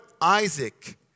Isaac